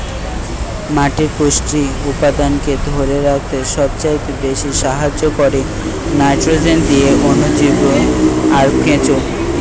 মাটির পুষ্টি উপাদানকে ধোরে রাখতে সবচাইতে বেশী সাহায্য কোরে নাইট্রোজেন দিয়ে অণুজীব আর কেঁচো